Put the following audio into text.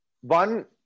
One